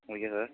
okay sir